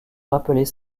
rappeler